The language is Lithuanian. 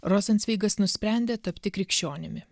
rozencveigas nusprendė tapti krikščionimi